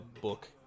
book